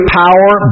power